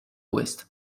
ouest